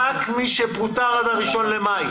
רק מי שפוטר עד ה-1 במאי.